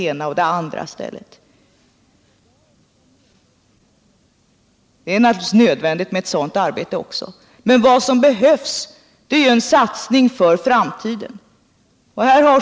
Sådant arbete är naturligtvis också nödvändigt, men vad som framför allt behövs är en satsning för framtiden.